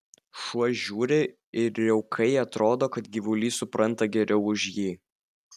šuo žiūri ir riaukai atrodo kad gyvulys supranta geriau už jį